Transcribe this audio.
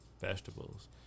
vegetables